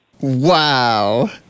Wow